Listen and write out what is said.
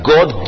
God